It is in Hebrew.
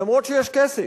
למרות העובדה שיש כסף,